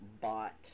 bought